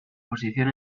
posición